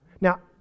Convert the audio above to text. Now